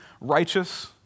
righteous